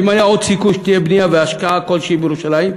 אם היה עוד סיכוי שתהיה בנייה והשקעה כלשהי בירושלים,